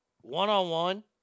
One-on-one